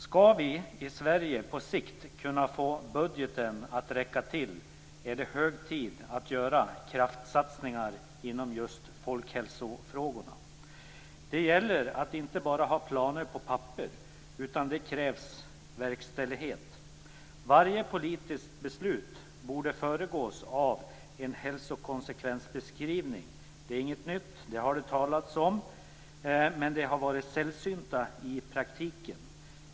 Skall vi i Sverige på sikt kunna få budgeten att räcka till är det hög tid att göra kraftsatsningar inom just folkhälsofrågorna. Det gäller att inte bara ha planer på papper, utan det krävs verkställighet. Varje politiskt beslut borde föregås av en hälsokonsekvensbeskrivning. Det är inget nytt, utan det har det talats om även om de har varit sällsynta i praktiken.